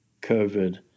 COVID